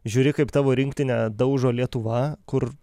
žiūri kaip tavo rinktinę daužo lietuva kur